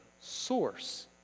source